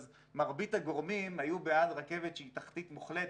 אז מרבית הגורמים היו בעד רכבת שהיא תחתית מוחלטת,